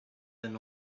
than